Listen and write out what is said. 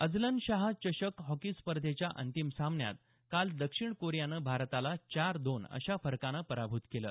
Azlan Shah चषक hockey स्पर्धेच्या अंतिम सामन्यात काल दक्षिण कोरियानं भारताला चार दोन अशा फरकानं पराभूत केलं